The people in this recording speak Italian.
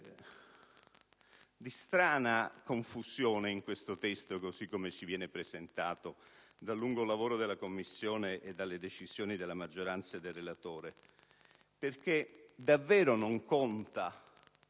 di strana confusione nel testo, così come ci viene presentato dal lungo lavoro della Commissione e dalle decisioni della maggioranza e del relatore. Non stiamo parlando